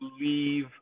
leave